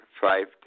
five